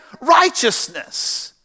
righteousness